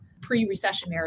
pre-recessionary